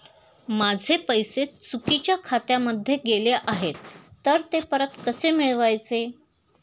माझे पैसे चुकीच्या खात्यामध्ये गेले आहेत तर ते परत कसे मिळवायचे?